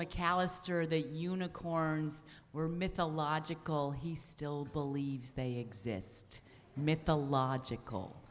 mcallister that unicorns were mythological he still believes they exist mythological